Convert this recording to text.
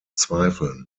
zweifeln